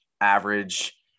average